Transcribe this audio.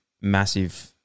massive